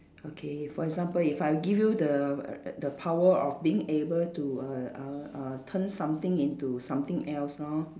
okay for example if I give you the err err the power of being able to err err err turn something into something else lor